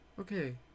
okay